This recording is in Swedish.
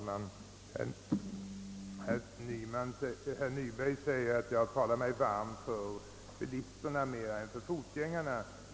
Herr talman! Herr Nyberg säger att jag talar mig varm för bilisterna mer än för fotgängarna.